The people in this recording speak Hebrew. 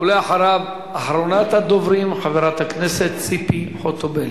האחרונה בדוברים, חברת הכנסת ציפי חוטובלי.